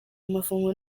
amafunguro